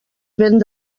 vent